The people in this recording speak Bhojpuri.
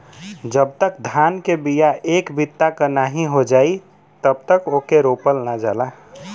जब तक धान के बिया एक बित्ता क नाहीं हो जाई तब तक ओके रोपल ना जाला